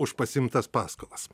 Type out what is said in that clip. už pasiimtas paskolas